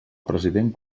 president